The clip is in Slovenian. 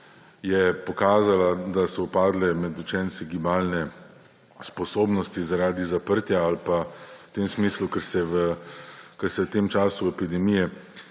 je pokazala, da so med učenci upadle gibalne sposobnosti zaradi zaprtja ali pa v tem smislu, ker se v tem času epidemije